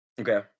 okay